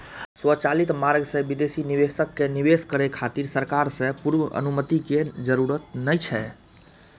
स्वचालित मार्ग सं विदेशी निवेशक कें निवेश करै खातिर सरकार सं पूर्व अनुमति के जरूरत नै छै